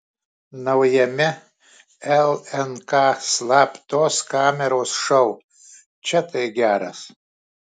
naujame lnk slaptos kameros šou čia tai geras